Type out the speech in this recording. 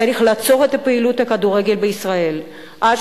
צריך לעצור את פעילות הכדורגל בישראל עד